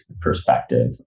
perspective